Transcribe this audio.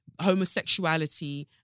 homosexuality